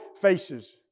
faces